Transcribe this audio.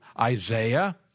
Isaiah